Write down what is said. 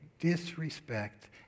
disrespect